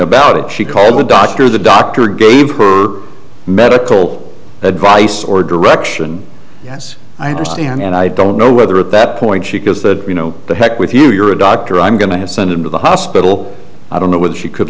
about it she called the doctor the doctor gave her medical advice or direction yes i understand and i don't know whether at that point she goes that you know the heck with you you're a doctor i'm going to have sent him to the hospital i don't know what she could